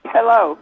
Hello